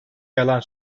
yalan